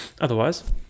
Otherwise